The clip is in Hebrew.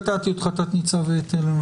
קטעתי אותך תת-ניצב תלם.